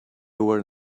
were